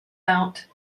out